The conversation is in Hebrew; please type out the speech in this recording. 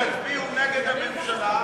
תצביעו נגד הממשלה?